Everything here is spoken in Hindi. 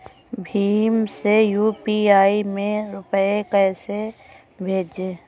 भीम से यू.पी.आई में रूपए कैसे भेजें?